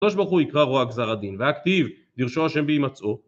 הקדוש ברוך הוא יקרע רוע גזר הדין, והכתיב, דירשו השם בהימצאו